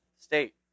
state